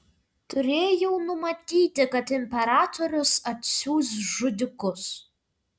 turėjau numatyti kad imperatorius atsiųs žudikus